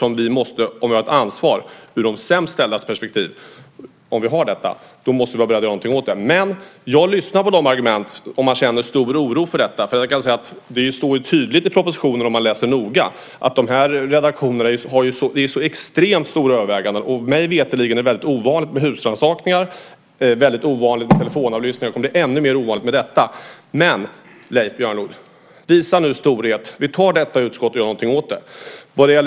Om vi har ett ansvar och om vi har det perspektivet måste vi vara beredda att göra någonting åt detta. Jag lyssnar dock på de argument som de har som känner en stor oro för detta. Det står tydligt i propositionen - det framgår om man läser noga - att det beträffande de här redaktionerna är fråga om extremt stora överväganden. Mig veterligt är det väldigt ovanligt med husrannsakan. Det är också väldigt ovanligt med telefonavlyssning, och det kommer att bli ännu ovanligare i och med detta. Leif Björnlod, visa nu storhet! Vi tar detta i utskottet och gör någonting åt det.